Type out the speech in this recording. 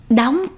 đóng